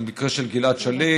במקרה של גלעד שליט,